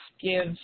give